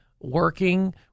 working